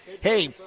hey